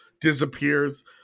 disappears